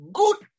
good